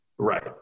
Right